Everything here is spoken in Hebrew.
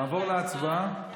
נעבור להצבעה?